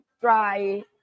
dry